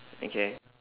okay